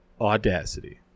Audacity